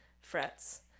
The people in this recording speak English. frets